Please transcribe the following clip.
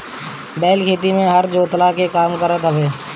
बैल खेती में हर जोतला के काम करत हवे